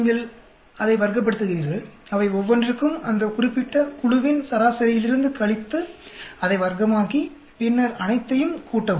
நீங்கள் அதை வர்க்கப்படுத்துகிறீர்கள் அவை ஒவ்வொன்றிற்கும் அந்த குறிப்பிட்ட குழுவின் சராசரியிலிருந்து கழித்து அதை வர்க்கமாக்கி பின்னர் அனைத்தையும் கூட்டவும்